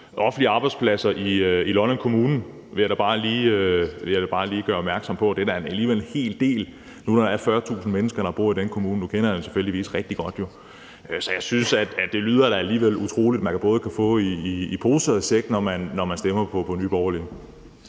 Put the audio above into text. offentlige arbejdspladser i Lolland Kommune, vil jeg da bare lige gøre opmærksom på. Det er da alligevel en hel del, når der nu er 40.000 mennesker, der bor i den kommune. Nu kender jeg den jo tilfældigvis rigtig godt. Så jeg synes, at det da alligevel lyder utroligt, at man kan få både i pose og i sæk, når man stemmer på Nye Borgerlige.